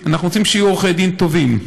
אנחנו רוצים שיהיו עורכי דין טובים.